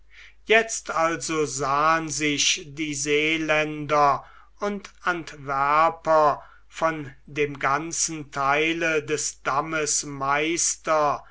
jetzt also sahen sich die seeländer und antwerper von dem ganzen theile des dammes meister